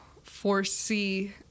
Foresee